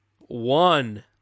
one